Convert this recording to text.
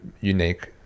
unique